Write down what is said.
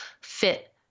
fit